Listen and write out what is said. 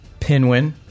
Pinwin